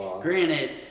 Granted